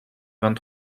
vingt